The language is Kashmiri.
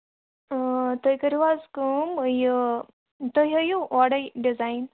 تُہۍ کٔرِو حظ کٲم یہِ تُہۍ ہاوِو اورے ڈِزایَن